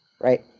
Right